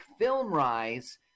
FilmRise